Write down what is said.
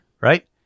right